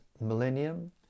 millennium